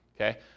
Okay